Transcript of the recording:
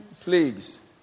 plagues